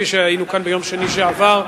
כפי שהיינו כאן ביום שני שעבר,